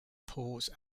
pause